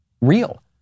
real